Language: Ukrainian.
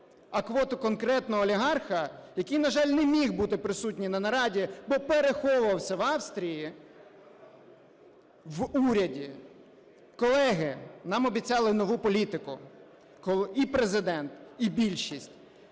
а квоту конкретного олігарха, який, на жаль, не міг бути присутній на нараді, бо переховувався в Австрії, в уряді. Колеги, нам обіцяли нову політику і Президент, і більшість.